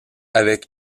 avec